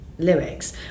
Lyrics